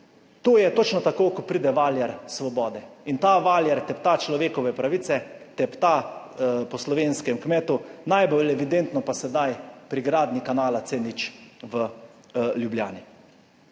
To je točno tako, ko pride valjar svobode in ta valjar tepta človekove pravice, tepta po slovenskem kmetu, najbolj evidentno pa sedaj pri gradnji kanala C0 v Ljubljani.